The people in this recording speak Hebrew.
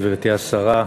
תודה רבה, גברתי השרה,